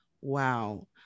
Wow